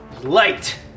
Light